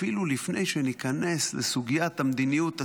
אפילו לפני שניכנס לסוגיית המדיניות הצבאית,